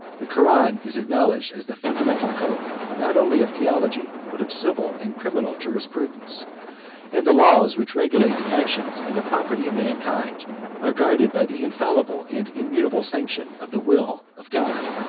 the koran is acknowledged as the fundamental code, not only of theology, but of civil and criminal jurisprudence and the laws which regulate the actions and the property of mankind are guarded by the infallible and immutable sanction of the will of god.